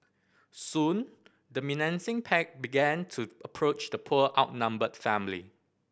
soon the menacing pack began to approach the poor outnumbered family